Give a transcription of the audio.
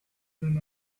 been